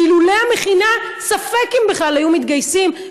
שאילולא המכינה ספק אם בכלל היו מתגייסים,